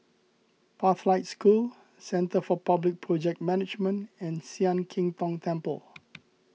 Pathlight School Centre for Public Project Management and Sian Keng Tong Temple